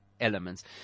elements